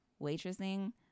waitressing